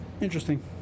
interesting